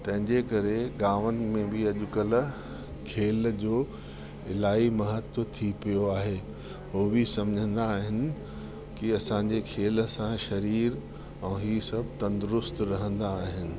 तंहिंजे करे गांवनि में बि अॼुकल्ह खेल जो इलाही महत्व थी पियो आहे हो बि सम्झंदा आहिनि की असांजे खेल सां शरीरु ऐं ही सभु तंदुरुस्तु रहंदा आहिनि